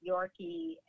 Yorkie